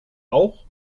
auch